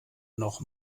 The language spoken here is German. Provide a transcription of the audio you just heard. noch